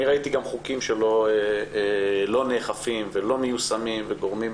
אני ראיתי גם חוקים שלא נאכפים ולא מיושמים וגורמים